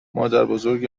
مادربزرگ